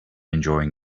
enjoying